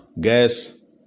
gas